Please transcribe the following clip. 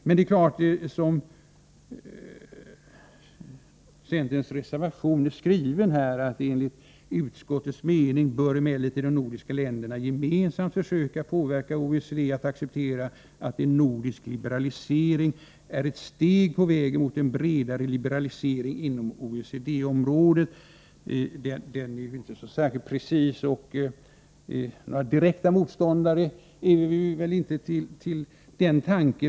Centerns skrivning i reservation 3 är inte särskilt precis: ”Enligt utskottets mening bör emellertid de nordiska länderna gemensamt försöka påverka OECD att acceptera att en nordisk liberalisering är ett steg på vägen mot en bredare liberalisering inom OECD-området.” Några direkta motståndare till den tanken är vi väl inte.